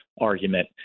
argument